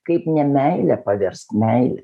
kaip ne meilę paverst meile